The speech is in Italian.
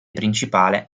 principale